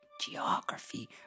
geography